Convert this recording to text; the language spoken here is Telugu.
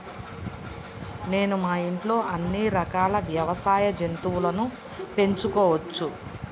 నేను మా ఇంట్లో ఎన్ని రకాల వ్యవసాయ జంతువులను పెంచుకోవచ్చు?